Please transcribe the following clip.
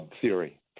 theory